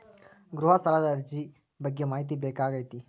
ಗೃಹ ಸಾಲದ ಅರ್ಜಿ ಬಗ್ಗೆ ಮಾಹಿತಿ ಬೇಕಾಗೈತಿ?